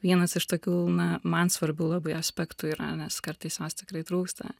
vienas iš tokių na man svarbių labai aspektų yra nes kartais jos tikrai trūksta